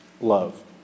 love